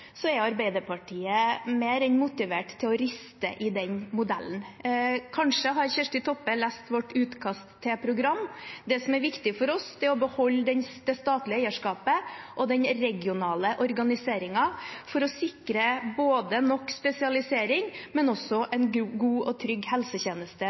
er Arbeiderpartiet mer enn motivert til å riste i den modellen. Kanskje har Kjersti Toppe lest vårt utkast til program. Det som er viktig for oss, er å beholde det statlige eierskapet og den regionale organiseringen for å sikre både nok spesialisering og også